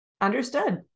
understood